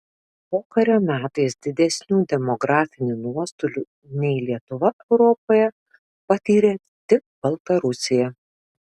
pokario metais didesnių demografinių nuostolių nei lietuva europoje patyrė tik baltarusija